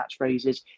catchphrases